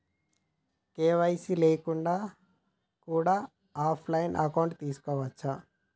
KYC లేకుండా కూడా offline account తీసుకోవచ్చా?